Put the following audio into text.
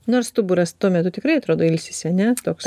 nors stuburas tuo metu tikrai atrodo ilsisi ane toks